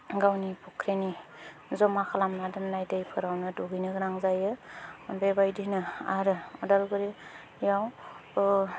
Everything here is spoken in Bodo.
गावनि फख्रिनि जमा खालामना दोननाय दैफोरावनो दुगैनो गोनां जायो बेबायदिनो आरो उदालगुरियाव